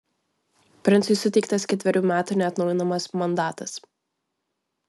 princui suteiktas ketverių metų neatnaujinamas mandatas